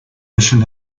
mission